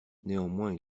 néanmoins